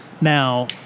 Now